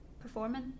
performing